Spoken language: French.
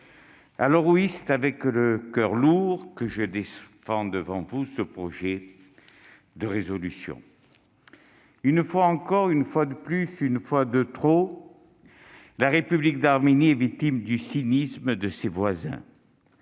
Alors oui, c'est avec le coeur lourd que je défends devant vous ce projet de résolution. Une fois encore, une fois de plus, une fois de trop, la République d'Arménie est victime du cynisme de ses voisins.